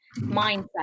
mindset